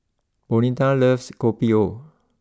Bonita loves Kopi O